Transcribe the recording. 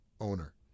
owner